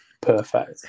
perfect